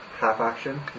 half-action